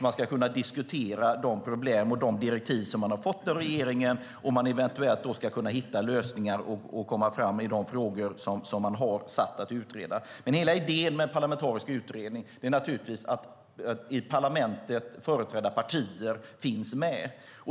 Man ska kunna diskutera de problem och direktiv som man har fått av regeringen om man eventuellt ska kunna hitta lösningar och komma fram i de frågor som man har satts att utreda. Men hela idén med en parlamentarisk utredning är naturligtvis att i parlamentet företrädda partier finns med.